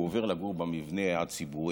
והוא עובר לגור במבנה הציבורי,